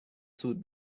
سود